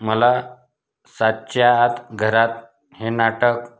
मला सातच्या आत घरात हे नाटक